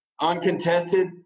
uncontested